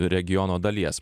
regiono dalies